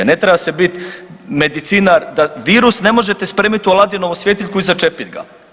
Ne treba se biti medicinar da virus ne možete spremiti u Aladinovu svjetiljku i začepiti ga.